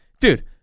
dude